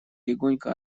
легонько